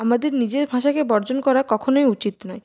আমাদের নিজের ভাষাকে বর্জন করা কখনোই উচিত নয়